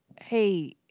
hey